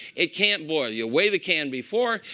it can't boil. you weigh the can before,